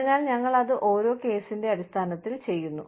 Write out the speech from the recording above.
അതിനാൽ ഞങ്ങൾ അത് ഓരോ കേസിന്റെ അടിസ്ഥാനത്തിൽ ചെയ്യുന്നു